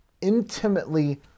intimately